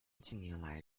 近年来